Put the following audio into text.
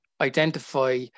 identify